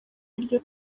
iryo